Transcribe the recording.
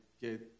get